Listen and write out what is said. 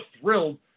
thrilled